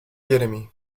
jeremy